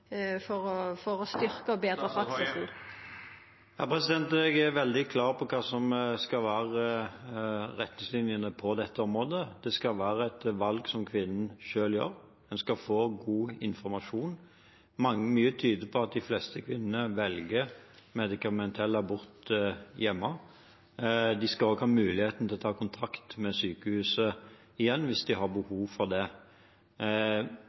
og betra praksisen? Jeg er veldig klar på hva som skal være retningslinjene på dette området. Det skal være et valg som kvinnen selv tar. Hun skal få god informasjon. Mye tyder på at de fleste kvinnene velger medikamentell abort hjemme. De skal også ha muligheten til å ta kontakt med sykehuset igjen, hvis de har behov for det.